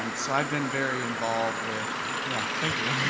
um so i've been very involved with, yeah thank you,